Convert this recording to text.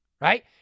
right